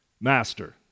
master